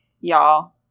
Y'all